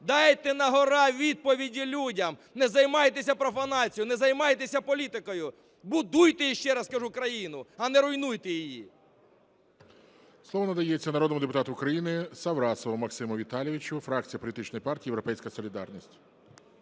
Дайте на-гора відповіді людям, не займайтеся профанацією, не займайтеся політикою. Будуйте, ще раз кажу, країну, а не руйнуйте її. ГОЛОВУЮЧИЙ. Слово надається народному депутату України Саврасову Максиму Віталійовичу, фракція політичної партії "Європейська солідарність".